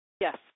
Yes